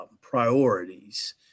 priorities